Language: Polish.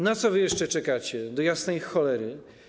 Na co wy jeszcze czekacie, do jasnej cholery?